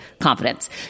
confidence